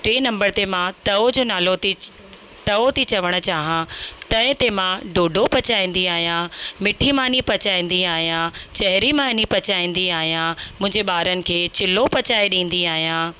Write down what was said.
टिऐं number ते मां तओ जो नालो थी तओ थी चवणु चाहियां तए ते मां डोडो पचाईंदी आहियां व मिठी मानी पचाईंदी आहियां चहिरी मानी पचाईंदी आहियां मुंहिंजे ॿारनि खे चिलो पचाए ॾींदी आहियां